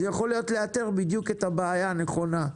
זה יכול להיות לאתר בדיוק את הבעיה הנכונה,